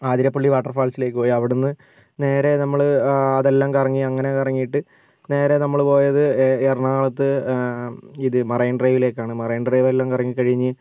ആതിരപ്പള്ളി വാട്ടർഫാൾസിലേക്ക് പോയി അവിടുന്ന് നേരെ നമ്മൾ അതെല്ലാം കറങ്ങി അങ്ങനെ കറങ്ങിയിട്ട് നേരെ നമ്മൾ പോയത് എറണാകുളത്ത് ഇത് മറൈൻ ഡ്രൈവിലേക്കാണ് മറൈൻ ഡ്രൈവ് എല്ലാം കറങ്ങിക്കഴിഞ്ഞ്